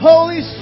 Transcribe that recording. Holy